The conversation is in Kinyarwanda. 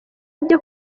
byo